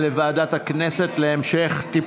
לוועדה שתקבע ועדת הכנסת נתקבלה.